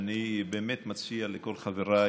ואני באמת מציע לכל חבריי,